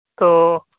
ᱛᱚ